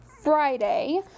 Friday